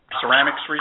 ceramics